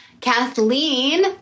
Kathleen